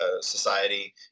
society